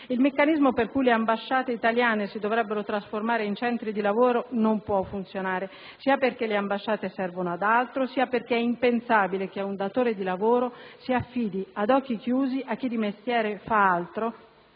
Il meccanismo per cui le ambasciate italiane si dovrebbero trasformare in centri di lavoro non può funzionare, sia perché le ambasciate servono ad altro, sia perché è impensabile che un datore di lavoro per assumere un lavoratore si affidi ad occhi chiusi a chi di mestiere fa,